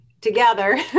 together